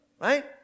Right